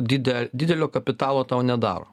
dide didelio kapitalo tau nedaro